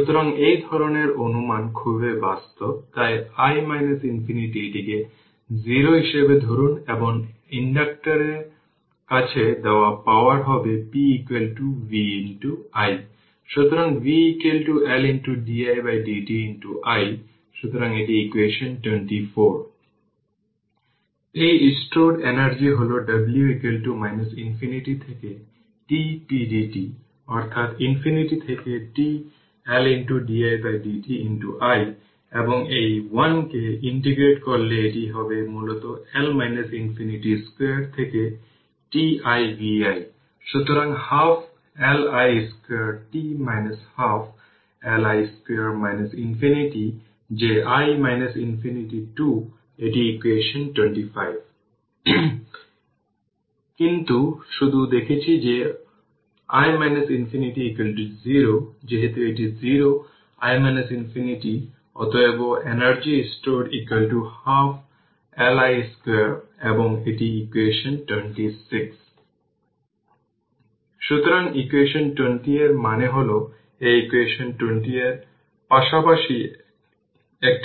সুতরাং এই ধরনের অনুমান খুবই বাস্তব তাই i ইনফিনিটি এটিকে 0 হিসাবে ধরুন এবং ইন্ডাক্টরের কাছে দেওয়া পাওয়ার হবে p v